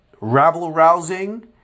rabble-rousing